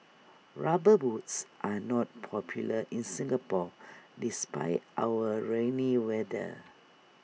rubber boots are not popular in Singapore despite our rainy weather